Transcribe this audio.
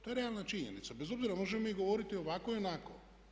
To je realna činjenica, bez obzira možemo mi govoriti ovako i onako.